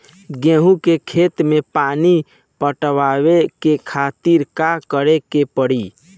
गेहूँ के खेत मे पानी पटावे के खातीर का करे के परी?